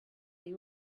you